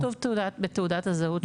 לפי מה שכתוב בתעודת הזהות שלו.